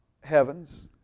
heavens